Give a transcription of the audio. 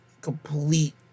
complete